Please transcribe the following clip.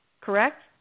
Correct